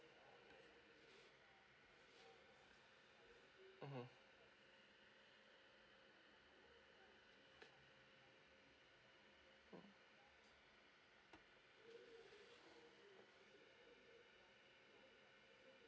mmhmm